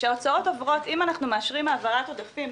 אם אנחנו מאשרים העברת עודפים,